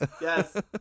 yes